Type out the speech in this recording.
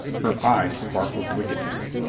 her eyes sparkled wickedness.